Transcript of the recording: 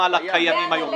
זה יהיה גם על הקיימים היום.